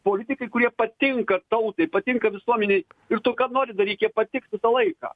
politikai kurie patinka tautai patinka visuomenei ir tu ką nori daryk jie patiks visą laiką